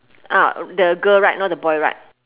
ah the girl right not the boy right